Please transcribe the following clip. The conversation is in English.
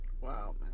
Wow